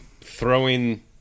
throwing